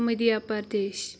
Madhya Pradesh